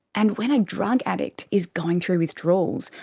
and when a drug addict is going through withdrawals,